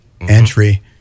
entry